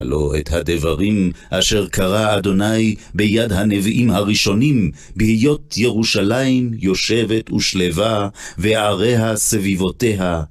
לא את הדברים אשר קרא ה' ביד הנביאים הראשונים, בהיות ירושלים יושבת ושלווה, ועריה סביבותיה.